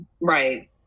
right